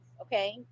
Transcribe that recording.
okay